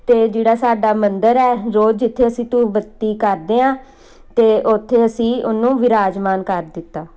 ਅਤੇ ਜਿਹੜਾ ਸਾਡਾ ਮੰਦਰ ਹੈ ਰੋਜ਼ ਜਿੱਥੇ ਅਸੀਂ ਧੂਫ ਬੱਤੀ ਕਰਦੇ ਹਾਂ ਅਤੇ ਉੱਥੇ ਅਸੀਂ ਉਹਨੂੰ ਬਿਰਾਜਮਾਨ ਕਰ ਦਿੱਤਾ